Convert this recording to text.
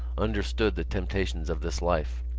understood the temptations of this life.